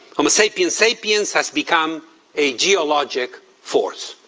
homo sapiens sapiens has become a geologic force.